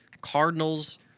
Cardinals